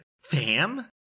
Fam